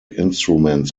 instruments